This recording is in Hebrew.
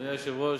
אדוני היושב-ראש,